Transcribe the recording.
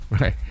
Right